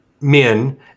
men